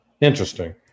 Interesting